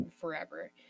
forever